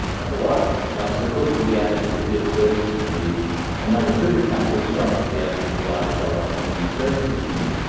number one, councillor cook to be added to the field services committee and number two, councillor strunk to be added to the lifestyle and community services committee.